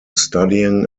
studying